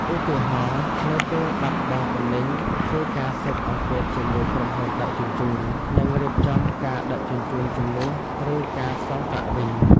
ឧទាហរណ៍ នៅពេលបាត់បង់ទំនិញ ធ្វើការស៊ើបអង្កេតជាមួយក្រុមហ៊ុនដឹកជញ្ជូន និងរៀបចំការដឹកជញ្ជូនជំនួស ឬការសងប្រាក់វិញ។